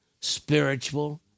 spiritual